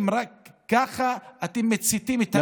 ככה אתם מציתים את האש.